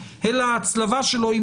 אלא ההצלבה שלו.